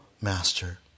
master